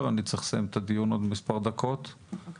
ובגלל זה בדיוק הדיון החשוב הוא בשאלת התשתית של הגירת העבודה.